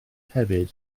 hefyd